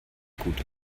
gute